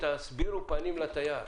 תסבירו פנים לתייר.